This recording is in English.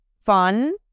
fun